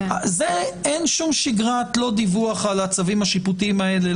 בזה אין שום שגרת דיווח על הצווים השיפוטיים האלה,